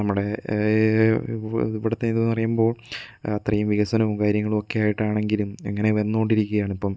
നമ്മുടെ ഇവിടുത്തെ എന്ന് പറയുമ്പോള് അത്രയും വികസനവും കാര്യങ്ങളും ഒക്കെ ആയിട്ടാണെങ്കിലും അങ്ങനെ വന്നുകൊണ്ടിരിക്കുകയാണ് ഇപ്പം